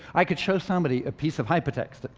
i can show somebody a piece of hypertext,